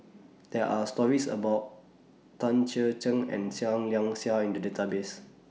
There Are stories about Tan Chee and Seah Liang Seah in The Database